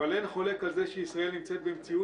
אבל אין חולק על זה שישראל נמצאת במציאות